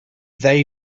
they